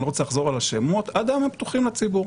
לא רוצה לחזור על השמות פתוחים לציבור.